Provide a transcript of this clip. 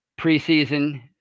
preseason